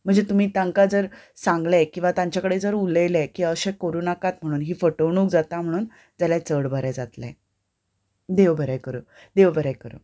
म्हणजे तुमी तांकां जर सांगलें किंवां तांचे कडेन जर उलयले की अशें करूं नाकात म्हणून ही फटवणूक जाता म्हणून जाल्यार चड बरें जातलें देव बरें करूं देव बरें करूं